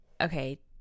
Okay